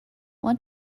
want